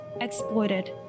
exploited